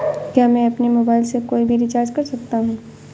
क्या मैं अपने मोबाइल से कोई भी रिचार्ज कर सकता हूँ?